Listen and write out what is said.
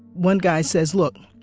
one guy says, look,